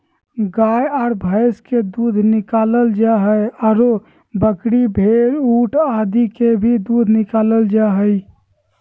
गाय आर भैंस के दूध निकालल जा हई, आरो बकरी, भेड़, ऊंट आदि के भी दूध निकालल जा हई